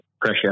pressure